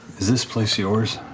is this place yours?